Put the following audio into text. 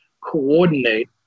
coordinate